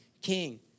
king